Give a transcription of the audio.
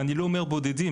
ואני לא אומר בודדים.